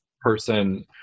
person